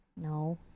no